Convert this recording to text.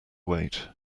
wait